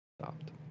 stopped